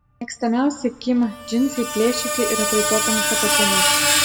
mėgstamiausi kim džinsai plėšyti ir atraitotomis apačiomis